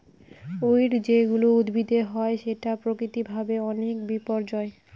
weed যেগুলা উদ্ভিদের হয় সেটা প্রাকৃতিক ভাবে অনেক বিপর্যই